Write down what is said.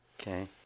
Okay